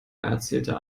erzählte